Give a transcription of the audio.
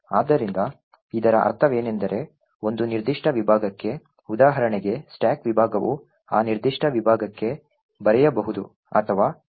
ಆದ್ದರಿಂದ ಇದರ ಅರ್ಥವೇನೆಂದರೆ ಒಂದು ನಿರ್ದಿಷ್ಟ ವಿಭಾಗಕ್ಕೆ ಉದಾಹರಣೆಗೆ ಸ್ಟಾಕ್ ವಿಭಾಗವು ಆ ನಿರ್ದಿಷ್ಟ ವಿಭಾಗಕ್ಕೆ ಬರೆಯಬಹುದು ಅಥವಾ ಆ ವಿಭಾಗದಿಂದ ಕಾರ್ಯಗತಗೊಳಿಸಬಹುದು